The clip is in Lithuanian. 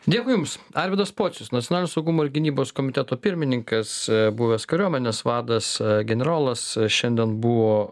dėkui jums arvydas pocius nacionalinio saugumo ir gynybos komiteto pirmininkas buvęs kariuomenės vadas generolas šiandien buvo